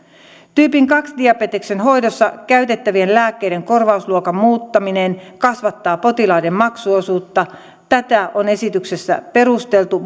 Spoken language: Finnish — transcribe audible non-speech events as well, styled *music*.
tyypin kahden diabeteksen hoidossa käytettävien lääkkeiden korvausluokan muuttaminen kasvattaa potilaiden maksuosuutta tätä on esityksessä perusteltu *unintelligible*